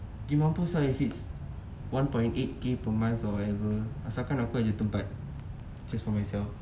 gi mampus ah if it's one point eight K per month or whatever asal kan aku ada tempat just for myself